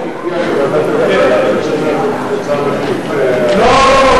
זה שהחוק הגיע לוועדת הכלכלה אחרי, לא, לא.